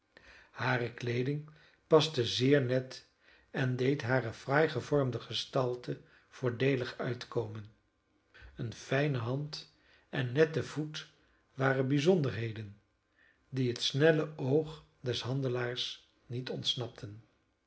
hare kleeding paste zeer net en deed hare fraai gevormde gestalte voordeelig uitkomen een fijne hand en nette voet waren bijzonderheden die het snelle oog des handelaars niet ontsnapten